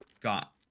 got